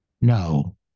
no